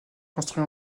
construit